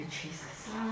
Jesus